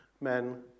men